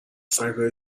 سگهای